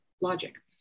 logic